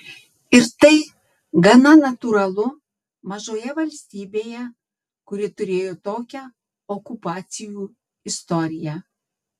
ir tai gana natūralu mažoje valstybėje kuri turėjo tokią okupacijų istoriją